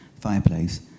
fireplace